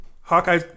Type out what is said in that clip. Hawkeye